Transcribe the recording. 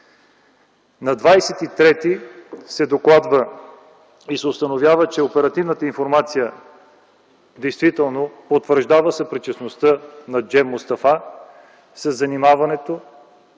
На 23-ти се докладва и се установява, че оперативната информация действително потвърждава съпричастността на Джем Мустафа към занимаването